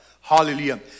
Hallelujah